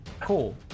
cool